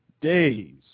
days